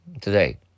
today